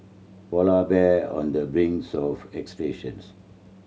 polar bear on the brink of extinction